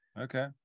okay